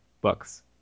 books